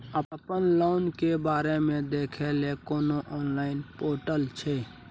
अपन लोन के बारे मे देखै लय कोनो ऑनलाइन र्पोटल छै?